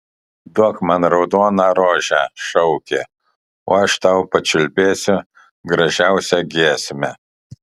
duok man raudoną rožę šaukė o aš tau pačiulbėsiu gražiausią giesmę